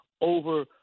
over